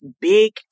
big